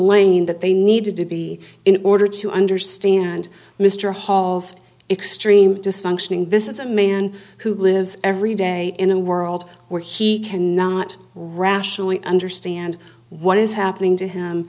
lane that they need to be in order to understand mr hall's extreme dysfunctioning this is a man who lives every day in a world where he cannot rationally understand what is happening to him